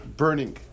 burning